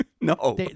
No